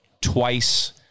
twice